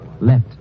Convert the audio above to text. left